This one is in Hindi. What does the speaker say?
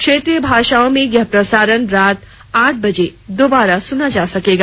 क्षेत्रीय भाषाओं में यह प्रसारण रात आठ बजे दोबारा सुना जा सकेगा